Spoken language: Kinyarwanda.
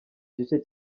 gice